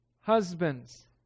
husbands